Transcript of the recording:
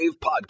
Podcast